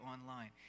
online